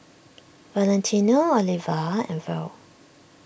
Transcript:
Valentino Oliva and Verl